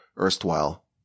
erstwhile